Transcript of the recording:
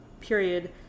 Period